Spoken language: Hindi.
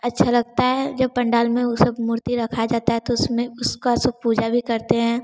अच्छा लगता है जब पंडाल में वे सब मूर्ति रखा जाता है तो उसमें उसका सब पूजा भी करते हैं